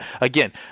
again